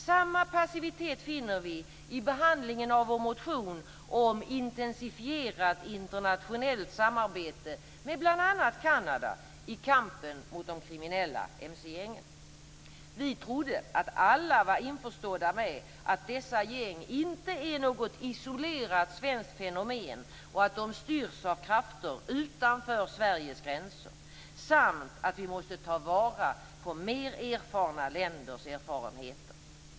Samma passivitet finner vi i behandlingen av vår motion om intensifierat internationellt samarbete med bl.a. Kanada i kampen mot de kriminella mc-gängen. Vi trodde att alla var införstådda med att dessa gäng inte är något isolerat svenskt fenomen och att de styrs av krafter utanför Sveriges gränser samt att vi måste ta vara på mer erfarna länders erfarenheter.